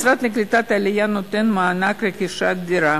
המשרד לקליטת עלייה נותן מענק לרכישת דירה,